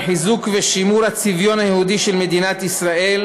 חיזוק ושימור של הצביון היהודי של מדינת ישראל,